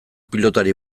pilotari